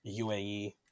UAE